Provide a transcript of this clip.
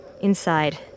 Inside